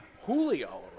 Julio